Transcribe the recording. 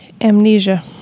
Amnesia